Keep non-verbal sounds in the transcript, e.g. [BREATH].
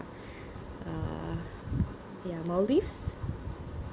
[BREATH] uh ya maldives